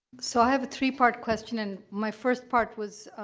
so, i have a three-part question, and my first part was,